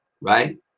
right